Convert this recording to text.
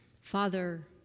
Father